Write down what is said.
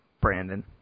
Brandon